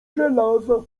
żelaza